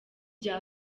bya